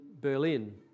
Berlin